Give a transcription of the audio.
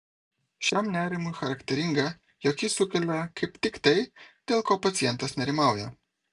šiam nerimui charakteringa jog jis sukelia kaip tik tai dėl ko pacientas nerimauja